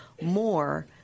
more